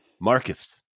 Marcus